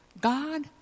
God